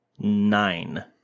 Nine